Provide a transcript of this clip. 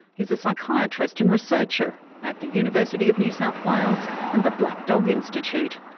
he's a psychiatrist and researcher at the university of new south wales and the black dog institute.